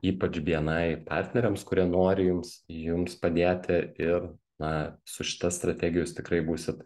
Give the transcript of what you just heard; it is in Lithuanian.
ypač bni partneriams kurie nori jums jums padėti ir na su šita strategija jūs tikrai būsit